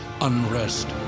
unrest